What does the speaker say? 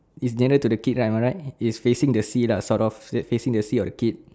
is nearer to the gate am I right is facing the sea lah sort of the facing the sea or the gate